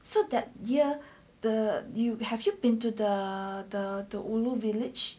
so that year the you have you been to the ulu village